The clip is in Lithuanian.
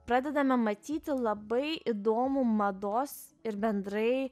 pradedame matyti labai įdomų mados ir bendrai